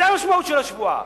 זו המשמעות של השבועה.